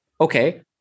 Okay